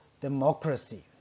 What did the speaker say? democracy